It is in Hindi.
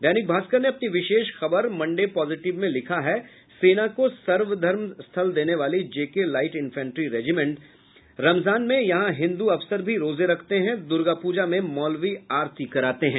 दैनिक भास्कर ने अपनी विशेष खबर मंडे पॉजिटिव में लिखा है सेना को सर्वधर्म स्थल देने वाली JK light infantry regiment Ramzan में यहां हिंदू अफसर भी रोजे रखते हैं दुर्गापूजा में मौलवी आरती कराते हैं